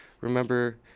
remember